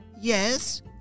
Yes